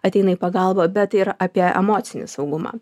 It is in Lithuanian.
ateina į pagalbą bet ir apie emocinį saugumą